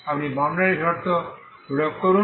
আপনি বাউন্ডারি শর্ত প্রয়োগ করুন